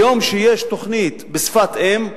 היום, כשיש תוכנית בשפת-אם,